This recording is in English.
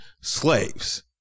slaves